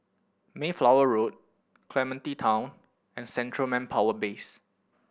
Mayflower Road Clementi Town and Central Manpower Base